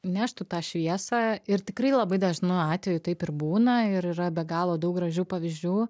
neštų tą šviesą ir tikrai labai dažnu atveju taip ir būna ir yra be galo daug gražių pavyzdžių